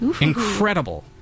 incredible